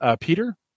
Peter